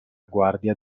guardia